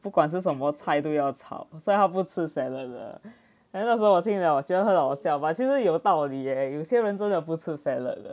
不管是什么菜都要炒所以她不吃 salad 的 then 那时候我听了觉得很好笑 but 其实有道理 leh 有些人真的不吃 salad 的